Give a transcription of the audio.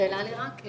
שאלה לי רק.